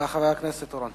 חבר הכנסת חיים אורון.